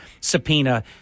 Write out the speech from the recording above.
subpoena